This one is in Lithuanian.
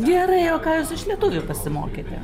gerai o ką jūs iš lietuvių pasimokėte